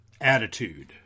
Attitude